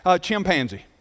chimpanzee